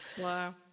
Wow